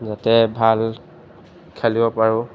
যাতে ভাল খেলিব পাৰোঁ